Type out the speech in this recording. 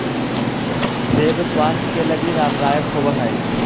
सेब स्वास्थ्य के लगी लाभदायक होवऽ हई